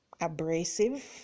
abrasive